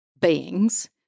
beings